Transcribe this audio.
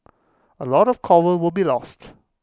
A lot of Coral will be lost